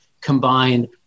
combine